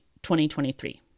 2023